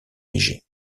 léger